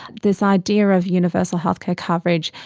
this idea of universal healthcare coverage,